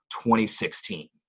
2016